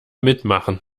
mitmachen